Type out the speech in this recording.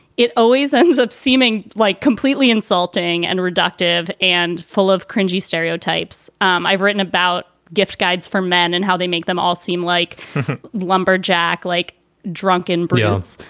it always ends up seeming like completely insulting and reductive and full of crunchy stereotypes. um i've written about gift guides for men and how they make them all seem like lumberjack, like drunken beyonce.